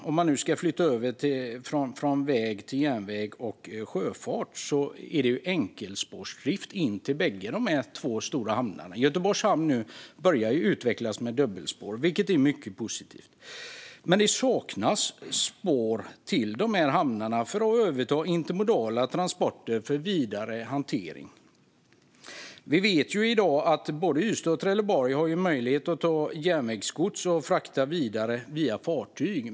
Om man nu ska flytta över från väg till järnväg och sjöfart är det enkelspårsdrift fram till båda dessa stora hamnar. Till Göteborgs hamn börjar nu dubbelspår utvecklas, vilket är mycket positivt. Men det saknas spår till dessa hamnar för att överta intermodala transporter för vidare hantering. Vi vet att både Ystad och Trelleborg i dag har möjlighet att ta emot järnvägsgods och frakta det vidare via fartyg.